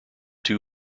two